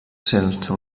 sense